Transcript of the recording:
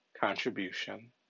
contribution